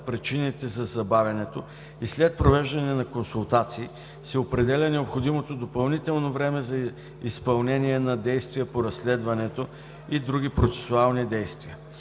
причините за забавянето и след провеждане на консултации се определя необходимото допълнително време за изпълнение на действие по разследването и други процесуални действия.